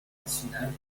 nationale